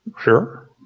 Sure